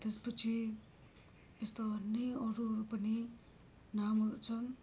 त्यसपछि यस्तो अन्य अरू अरू पनि नामहरू छन्